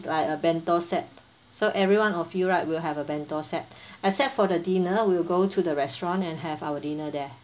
like a bento set so everyone of you right will have a bento set except for the dinner we'll go to the restaurant and have our dinner there